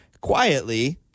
quietly